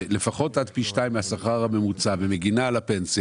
לפחות עד פי שתיים מהשכר הממוצע ומגינה על הפנסיה,